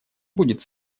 будет